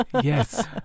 Yes